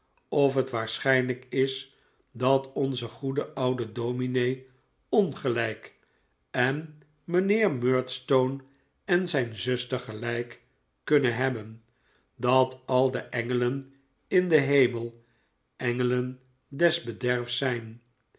of het waarschijnlijk is dat onze goede oude domine ongelijk en mijnheer murdstone en zijn zuster gelijk kunnen hebben dat al de engelen in den hemel engelen des verderfs zijn